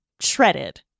shredded